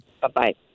bye-bye